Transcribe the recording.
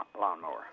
lawnmower